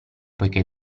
poiché